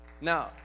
Now